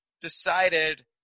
decided